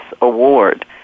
award